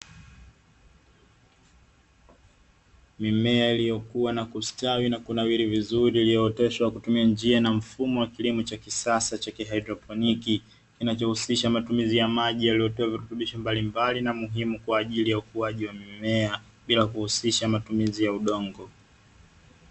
Mimea iliyokua na kustawi na kunawili vizuri iliyooteshwa kwa kutumia njia na mfumo wa kisasa wa kilimo cha haidroponi, kinachohusisha matumizi ya maji yaliyotiwa virutubisho mbalimbali na muhimu kwa ajili ya ukuaji wa mimea bila kuhusisha matumizi ya udongo.